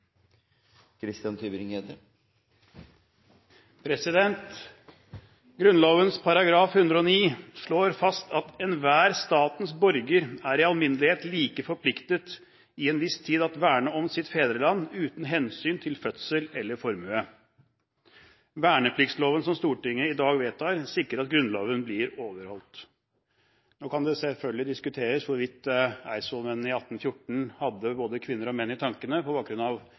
i Almindelighed lige forpliktet i en vis Tid at værne om sit Fædreneland, uden Hensyn til Fødsel eller Formue.» Vernepliktsloven som Stortinget i dag vedtar, sikrer at Grunnloven blir overholdt. Nå kan det selvfølgelig diskuteres hvorvidt eidsvollsmennene i 1814 hadde både kvinner og menn i tankene på bakgrunn av